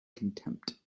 contempt